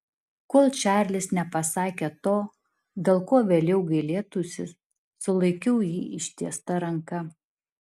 kol čarlis nepasakė to dėl ko vėliau gailėtųsi sulaikiau jį ištiesta ranka